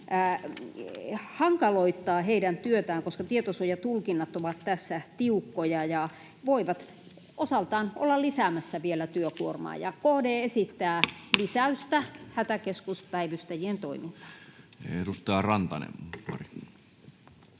hankaloittaa heidän työtään, koska tietosuojatulkinnat ovat tässä tiukkoja ja voivat osaltaan olla vielä lisäämässä työkuormaa. KD esittää lisäystä hätäkeskuspäivystäjien toimintaan. Edustaja Rantanen,